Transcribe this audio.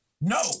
No